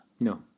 No